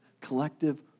collective